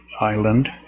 Island